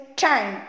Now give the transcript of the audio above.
time